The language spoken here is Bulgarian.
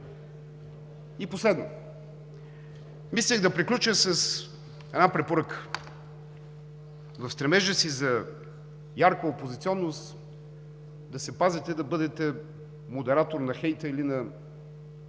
И последно – мислех да приключа с една препоръка. В стремежа си за ярка опозиционност да се пазите да бъдете модератор на хейта или на